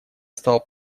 стал